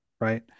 right